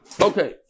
Okay